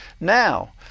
now